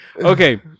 Okay